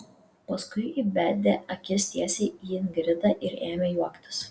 paskui įbedė akis tiesiai į ingridą ir ėmė juoktis